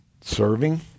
serving